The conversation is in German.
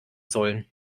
sollen